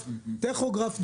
אין טכוגרף דיגיטלי.